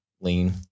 lean